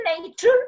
nature